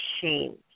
shamed